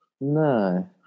No